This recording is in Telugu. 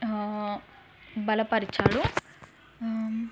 బలపరిచాడు